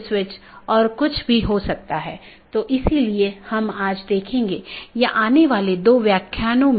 autonomous system संगठन द्वारा नियंत्रित एक इंटरनेटवर्क होता है